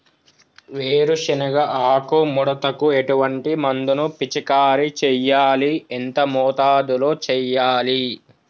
వేరుశెనగ ఆకు ముడతకు ఎటువంటి మందును పిచికారీ చెయ్యాలి? ఎంత మోతాదులో చెయ్యాలి?